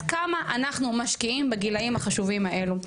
כמה אנחנו משקיעים בגילאים החשובים האלו.